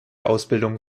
ausbildung